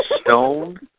Stone